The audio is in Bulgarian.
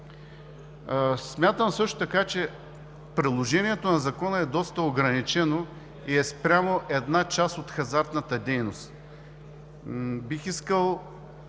Смятам също така, че приложението на Законопроекта е доста ограничено и е спрямо една част от хазартната дейност. Бих искал